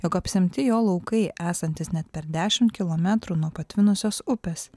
jog apsemti jo laukai esantys net per dešimt kilometrų nuo patvinusios upės